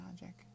magic